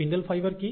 spindle fibre কি